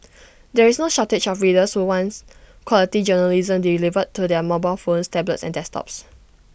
there is no shortage of readers who wants quality journalism delivered to their mobile phones tablets and desktops